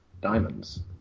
diamonds